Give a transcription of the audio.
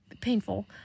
painful